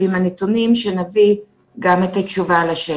עם הנתונים שנביא גם את התשובה לשאלה הזו.